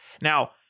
Now